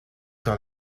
dans